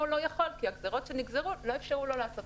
לא יכול כי הגזרות שנגזרו לא אפשרו לו לעשות